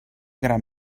gran